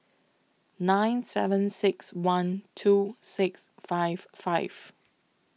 nine seven six one two six five five